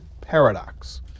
paradox